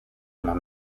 mam